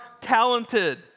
talented